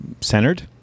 Centered